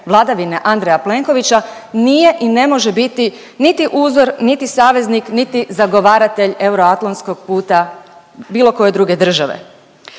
vladavine Andreja Plenkovića nije i ne može biti niti uzor, niti saveznik, niti zagovaratelj euroatlantskog puta bilo koje druge države.